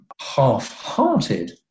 half-hearted